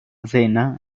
cena